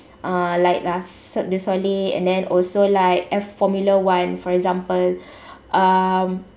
uh like last cirque du soleil and then also like F formula one for example um